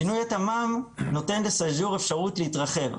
שינוי התמ"מ נותן לסאג'ור אפשרות להתרחב.